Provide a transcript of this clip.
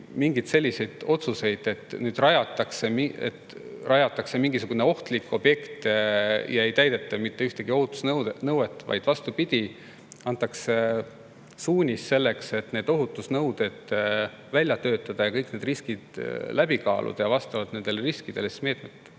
ju selliseid otsuseid, et nüüd rajatakse mingisugune ohtlik objekt ega täideta mitte ühtegi ohutusnõuet, vaid vastupidi, antakse suunis selleks, et ohutusnõuded välja töötada, kõik riskid läbi kaaluda ja vastavalt riskidele siis meetmed